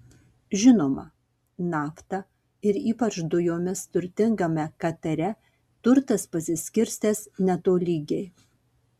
žinoma nafta ir ypač dujomis turtingame katare turtas pasiskirstęs netolygiai